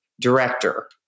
director